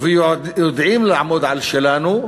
ויודעים לעמוד על שלנו.